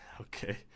Okay